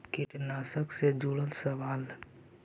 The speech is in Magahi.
कीटनाशक से जुड़ल सवाल?